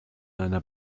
einer